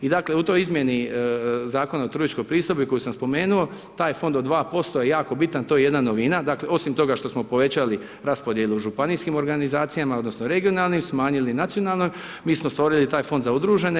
I dakle, u toj izmjeni Zakona o turističkoj pristojbi, koju sam spomenuo, taj fond od 2% je jako bitan, to je jedna novina, dakle, osim toga što smo povećali raspodjelu županijskim organizacijama, odnosno regionalnim, smanjili nacionalnoj, mi smo stvorili taj fond za udružene.